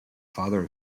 father